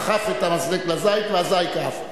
דחף את המזלג לזית והזית עף,